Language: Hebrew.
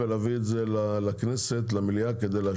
ואני רוצה להביא את זה למליאה לאישור.